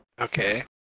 Okay